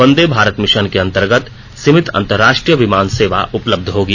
वंदे Bharat mission के अंतर्गत सीमित अंतरराष्ट्रीय विमान सेवा उपलब्ध होगी